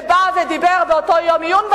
שבא ודיבר באותו יום עיון,